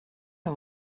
him